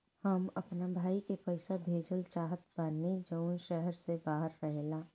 हम अपना भाई के पइसा भेजल चाहत बानी जउन शहर से बाहर रहेला